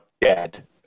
dead